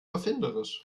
erfinderisch